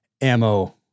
ammo